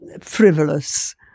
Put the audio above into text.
frivolous